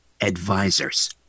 advisors